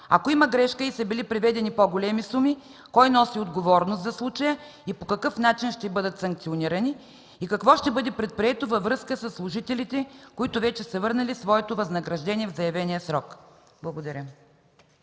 Ако има грешка и са били преведени по-големи суми, кой носи отговорност за случая и по какъв начин ще бъдат санкционирани? Какво ще бъде предприето във връзка със служителите, които вече са върнали своето възнаграждение в заявения срок? Благодаря.